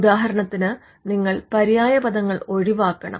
ഉദാഹരണത്തിന് നിങ്ങൾ പര്യായപദങ്ങൾ ഒഴിവാക്കണം